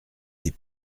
des